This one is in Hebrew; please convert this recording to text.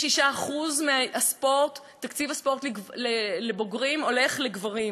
76% מתקציב הספורט לבוגרים הולך לגברים,